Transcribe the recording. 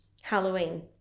Halloween